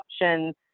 options